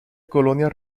colonia